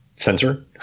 sensor